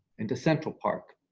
and to central park.